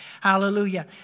Hallelujah